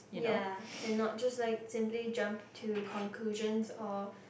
ya and not just like simply jump into conclusions or